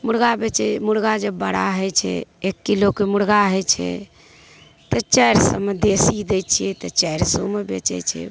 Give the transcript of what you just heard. मुरगा बेचै मुरगा जब बड़ा होइ छै एक किलोके मुरगा होइ छै तऽ चारि सओमे देसी दै छिए तऽ चारि सओमे बेचै छै